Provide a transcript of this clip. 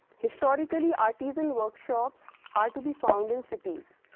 historically artisan workshops are to be found in cities,